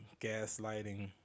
gaslighting